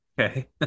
okay